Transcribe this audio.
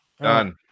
done